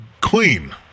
clean